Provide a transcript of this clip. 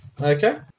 Okay